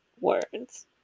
words